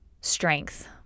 strength